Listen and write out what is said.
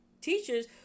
teachers